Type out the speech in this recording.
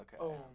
okay